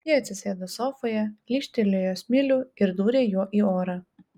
ji atsisėdo sofoje lyžtelėjo smilių ir dūrė juo į orą